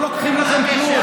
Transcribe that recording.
אנחנו לא לוקחים לכם כלום,